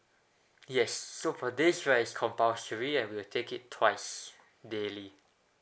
yes so for this right it's compulsory and we'll take it twice daily